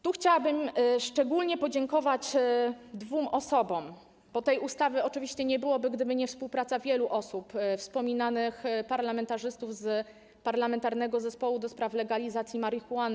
Tu chciałabym szczególnie podziękować dwóm osobom, bo tej ustawy oczywiście nie byłoby, gdyby nie współpraca wielu osób, wspominanych parlamentarzystów z Parlamentarnego Zespołu ds. Legalizacji Marihuany.